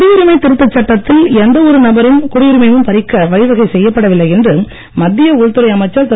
குடியுரிமைத் திருத்த சட்டத்தில் எந்தவொரு நபரின் குடியுரிமையையும் பறிக்க வழிவகை செய்யப்படவில்லை என்று மத்திய உள்துறை அமைச்சர் திரு